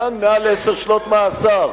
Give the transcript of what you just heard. מעל עשר שנות מאסר.